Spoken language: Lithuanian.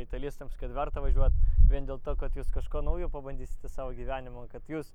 italistams kad verta važiuot vien dėl to kad jūs kažko naujo pabandysite savo gyvenimo kad jūs